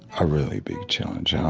a really big challenge. ah